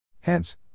Hence